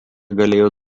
galėjo